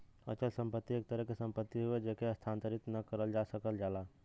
अचल संपत्ति एक तरह क सम्पति हउवे जेके स्थानांतरित न करल जा सकल जाला